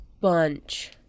bunch